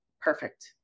Perfect